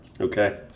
Okay